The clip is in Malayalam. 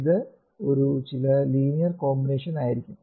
ഇത് ഒരു ചില ലീനിയർ കോമ്പിനേഷൻ ആയിരിക്കും